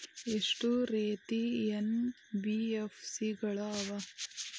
ಎಷ್ಟ ರೇತಿ ಎನ್.ಬಿ.ಎಫ್.ಸಿ ಗಳ ಅವ?